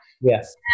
Yes